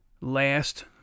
last